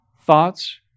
thoughts